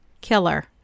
killer